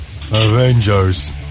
Avengers